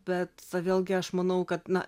bet vėlgi aš manau kad na